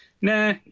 Nah